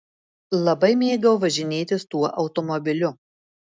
labai mėgau važinėtis tuo automobiliu